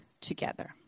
together